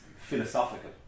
philosophical